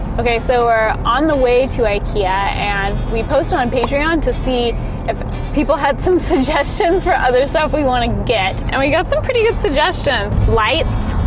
okay so, we're on the way to ikea and, we posted on patreon, to see if people had some suggestions for other stuff we want to get. and, we got some pretty good suggestions. lights,